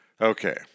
Okay